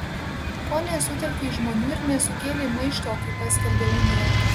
ko nesutelkei žmonių ir nesukėlei maišto kai paskelbė uniją